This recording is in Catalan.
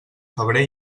febrer